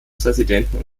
präsidenten